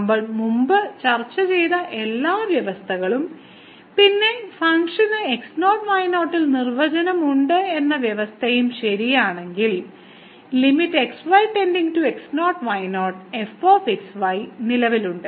നമ്മൾ മുമ്പ് ചർച്ച ചെയ്ത എല്ലാ വ്യവസ്ഥകളും പിന്നെ ഫങ്ക്ഷന് x0y0 ൽ നിർവചനം ഉണ്ട് എന്ന വ്യവസ്ഥയും ശരിയാണ് എങ്കിൽ limit x y → x0 y0 fxy നിലവിലുണ്ട്